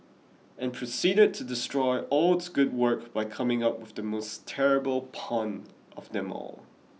and proceeded to destroy all its good work by coming up with the most terrible pun of them all